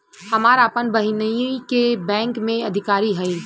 हमार आपन बहिनीई बैक में अधिकारी हिअ